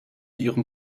ihrem